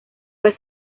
fue